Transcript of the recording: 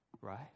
right